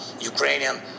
Ukrainian